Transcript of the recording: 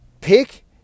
Pick